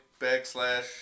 backslash